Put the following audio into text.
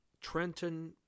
Trenton